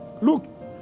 Look